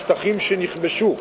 משטחים שנכבשו